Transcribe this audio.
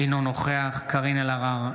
אינו נוכח קארין אלהרר,